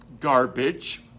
garbage